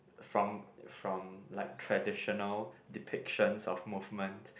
from from like traditional depictions of movement